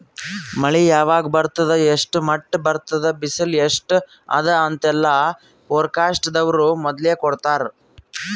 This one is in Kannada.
ಮಳಿ ಯಾವಾಗ್ ಬರ್ತದ್ ಎಷ್ಟ್ರ್ ಮಟ್ಟ್ ಬರ್ತದ್ ಬಿಸಿಲ್ ಎಸ್ಟ್ ಅದಾ ಅಂತೆಲ್ಲಾ ಫೋರ್ಕಾಸ್ಟ್ ದವ್ರು ಮೊದ್ಲೇ ಕೊಡ್ತಾರ್